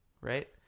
right